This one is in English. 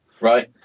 right